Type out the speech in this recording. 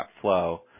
flow